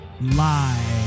live